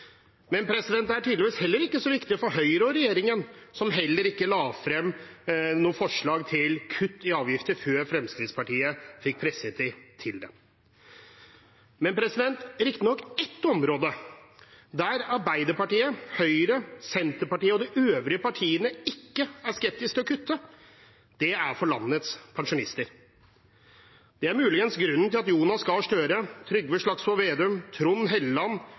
Men det er tydeligvis heller ikke så viktig for Høyre og regjeringen, som heller ikke la frem noe forslag til kutt i avgifter før Fremskrittspartiet fikk presset dem til det. Det er riktig nok ett område der Arbeiderpartiet, Høyre, Senterpartiet og de øvrige partiene ikke er skeptisk til å kutte, og det er for landets pensjonister. Det er muligens grunnen til at Jonas Gahr Støre, Trygve Slagsvold Vedum, Trond Helleland